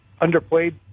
underplayed